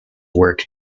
work